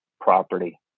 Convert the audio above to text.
property